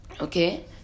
Okay